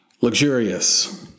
luxurious